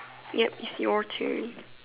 yup it's your turn